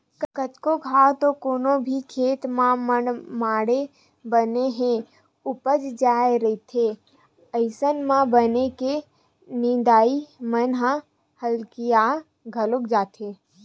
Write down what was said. कतको घांव तो कोनो भी खेत म मनमाड़े बन ह उपज जाय रहिथे अइसन म बन के नींदइया मन ह हकिया घलो जाथे